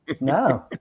No